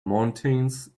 mountains